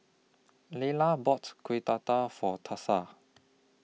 Lila bought Kueh Dadar For Thursa